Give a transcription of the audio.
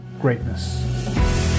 greatness